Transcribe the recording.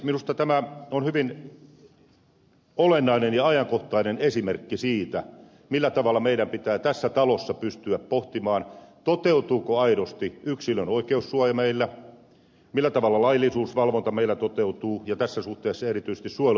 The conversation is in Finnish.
minusta tämä on hyvin olennainen ja ajankohtainen esimerkki siitä millä tavalla meidän pitää tässä talossa pystyä pohtimaan toteutuuko aidosti yksilön oikeussuoja meillä millä tavalla laillisuusvalvonta meillä toteutuu ja tässä suhteessa erityisesti suojelupoliisin valvonta